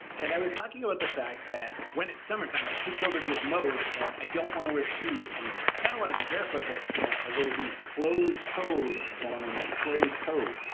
and i was talking about the fact that when it's summertime i switch over to this mode and i don't wanna wear shoes anymore. i kinda kind of wanna be barefoot, but you know i'll go with these. closed-toed, gentlemen, closed-toed.